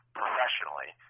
professionally